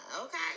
okay